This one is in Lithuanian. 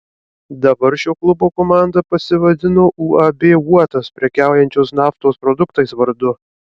dabar šio klubo komanda pasivadino uab uotas prekiaujančios naftos produktais vardu